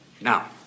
Now